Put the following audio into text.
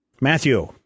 matthew